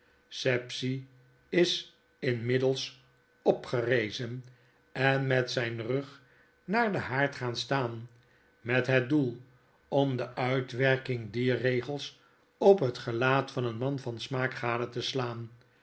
sapsea is inmiddels opgerezen en met zijn rug naar den haard gaan staan met het doel om de uitwerking dier regels op het gelaat van een man van smaak gade te slaan